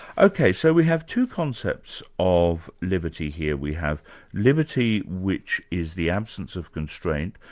ok, so we have two concepts of liberty here. we have liberty which is the absence of constraint,